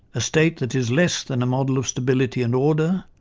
a state that is less than a model of stability and order,